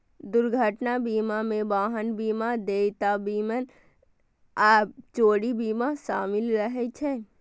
दुर्घटना बीमा मे वाहन बीमा, देयता बीमा आ चोरी बीमा शामिल रहै छै